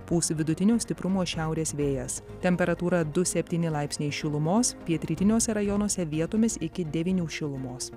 pūs vidutinio stiprumo šiaurės vėjas temperatūra du septyni laipsniai šilumos pietrytiniuose rajonuose vietomis iki devynių šilumos